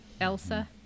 Elsa